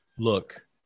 Look